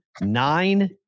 nine